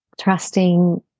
Trusting